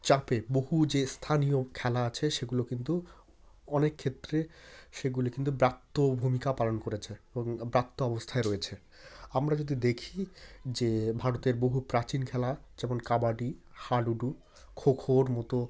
চাপে বহু যে স্থানীয় খেলা আছে সেগুলো কিন্তু অনেক ক্ষেত্রে সেগুলি কিন্তু ব্রাত্য ভূমিকা পালন করেছে এবং ব্রাত্য অবস্থায় রয়েছে আমরা যদি দেখি যে ভারতের বহু প্রাচীন খেলা যেমন কাবাডি হাডুডু খোখোর মতো